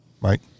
Right